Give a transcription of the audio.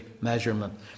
measurement